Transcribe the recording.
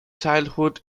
childhood